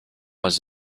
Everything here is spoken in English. was